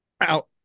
out